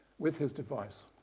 with his device.